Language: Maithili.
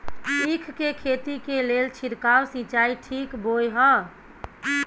ईख के खेती के लेल छिरकाव सिंचाई ठीक बोय ह?